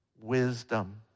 wisdom